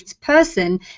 person